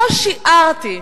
לא שיערתי,